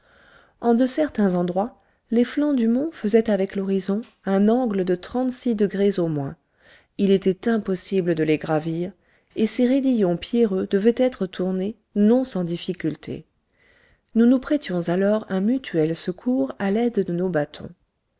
en de certains endroits les flancs du mont faisaient avec l'horizon un angle de trente-six degrés au moins il était impossible de les gravir et ces raidillons pierreux devaient être tournés non sans difficulté nous nous prêtions alors un mutuel secours à l'aide de nos bâtons